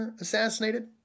assassinated